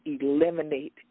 eliminate